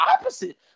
opposite